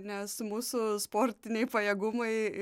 nes mūsų sportiniai pajėgumai